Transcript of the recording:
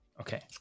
Okay